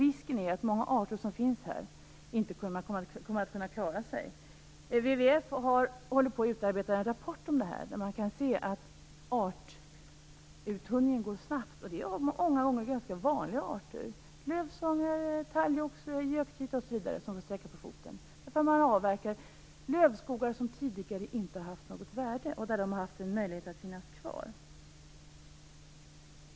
Risken är att många arter som finns där inte kommer att klara sig. WWF håller på att utarbeta en rapport om det här, där man kan se att artuttunningen går snabbt. Det handlar många gånger om ganska vanliga arter. Lövsångare, talgoxe, göktyta osv. har fått stryka på foten, därför att man avverkar lövskogar som tidigare inte har haft något värde och där de har haft möjlighet att finnas kvar.